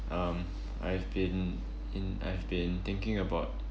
um I've been in I've been thinking about